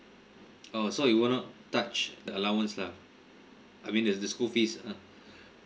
oh so you will not touch the allowance lah I mean the the school fees uh